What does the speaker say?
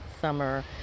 summer